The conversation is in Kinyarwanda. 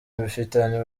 mbifitiye